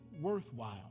worthwhile